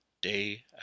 day